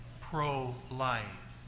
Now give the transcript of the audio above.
pro-life